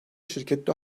şirketi